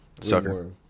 Sucker